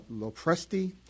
Lopresti